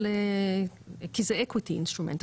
כי זה equity instrument,